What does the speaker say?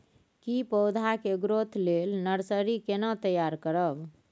की पौधा के ग्रोथ लेल नर्सरी केना तैयार करब?